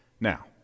Now